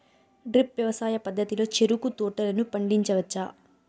drip వ్యవసాయ పద్ధతిలో చెరుకు తోటలను పండించవచ్చా